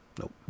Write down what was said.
Nope